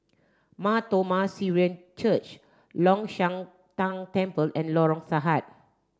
Mar Thom Mar Syrian Church Long Shan Tang Temple and Lorong Sahad